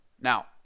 Now